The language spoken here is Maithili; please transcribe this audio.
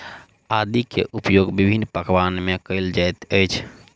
आदी के उपयोग विभिन्न पकवान में कएल जाइत अछि